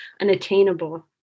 unattainable